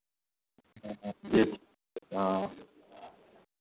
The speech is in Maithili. ठीके छै हँ